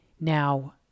Now